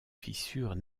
fissures